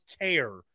care